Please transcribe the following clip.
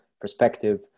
perspective